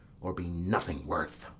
or be nothing worth!